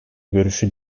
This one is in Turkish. görüşü